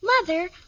Mother